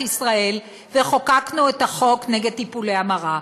ישראל וחוקקנו את החוק נגד טיפולי המרה.